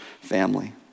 family